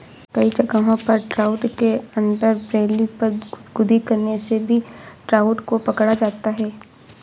कई जगहों पर ट्राउट के अंडरबेली पर गुदगुदी करने से भी ट्राउट को पकड़ा जाता है